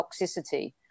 toxicity